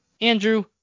Andrew